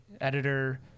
editor